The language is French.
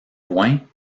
loin